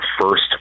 first